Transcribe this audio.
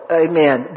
amen